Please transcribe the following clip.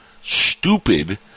stupid